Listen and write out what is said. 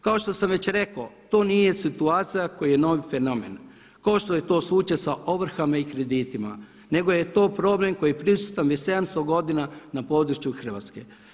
Kao što sam već rekao to nije situacija koji je novi fenomen kao što je to slučaj sa ovrhama i kreditima nego je to problem koji je prisutan već 700 godina na području Hrvatske.